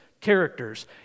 characters